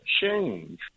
change